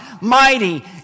mighty